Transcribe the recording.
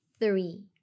three